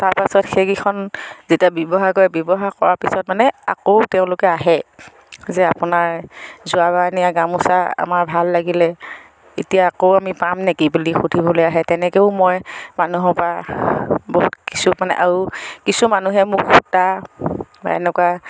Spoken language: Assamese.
তাৰপাছত সেইকেইখন যেতিয়া ব্যৱহাৰ কৰে ব্যৱহাৰ কৰাৰ পিছত মানে আকৌ তেওঁলোকে আহে যে আপোনাৰ যোৱাবাৰ নিয়া গামোচা আমাৰ ভাল লাগিলে এতিয়া আকৌ আমি পাম নেকি বুলি সুধিব আহে তেনেকেও মই মানুহৰপা বহুত কিছুমানে আও কিছু মানুহে মোক সূতা বা এনেকুৱা